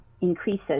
increases